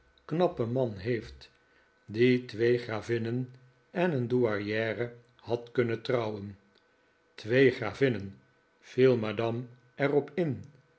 knappen man heeft die twee gravinnen en een douairiere had kunnen trouwen twee gravinnen viel madame er op in